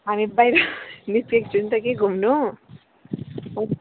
हामी बाहिर निस्केको छौँ त कि घुम्नु